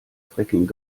fracking